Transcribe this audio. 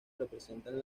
representan